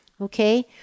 Okay